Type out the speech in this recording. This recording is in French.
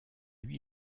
lui